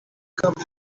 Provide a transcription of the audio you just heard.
gabon